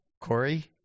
Corey